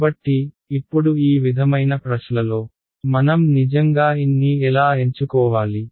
కాబట్టి ఇప్పుడు ఈ విధమైన ప్రశ్లలో మనం నిజంగా n ని ఎలా ఎంచుకోవాలి